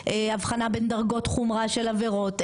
הבחנה בין דרגות חומרה של עבירות.